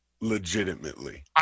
Legitimately